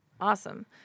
awesome